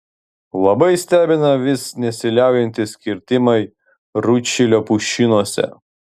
labai stebina vis nesiliaujantys kirtimai rūdšilio pušynuose